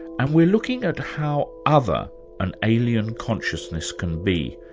and we're looking at how other an alien consciousness can be,